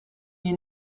mir